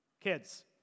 Kids